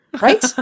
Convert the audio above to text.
Right